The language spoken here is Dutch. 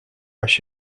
als